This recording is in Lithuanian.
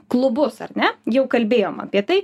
klubus ar ne jau kalbėjom apie tai